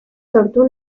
sortu